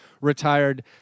retired